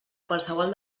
qualsevol